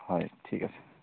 হয় ঠিক আছে